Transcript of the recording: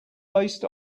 based